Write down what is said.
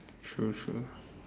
true true